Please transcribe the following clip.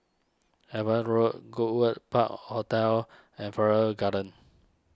Ava Road Goodwood Park Hotel and Farrer Garden